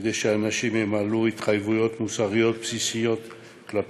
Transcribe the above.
כדי שאנשים ימלאו התחייבויות מוסריות בסיסיות כלפיהם.